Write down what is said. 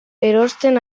erosten